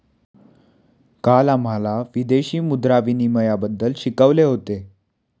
काल आम्हाला विदेशी मुद्रा विनिमयबद्दल शिकवले होते